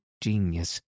genius